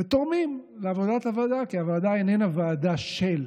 הם תורמים לעבודת הוועדה, כי הוועדה איננה ועדה של